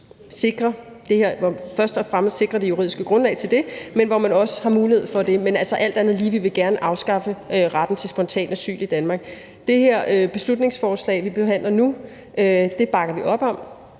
hvor man først og fremmest kan sikre det juridiske grundlag til det, og hvor man også har mulighed for det. Men alt andet lige vil vi gerne afskaffe retten til spontant asyl i Danmark. Det her beslutningsforslag, vi behandler nu, bakker Nye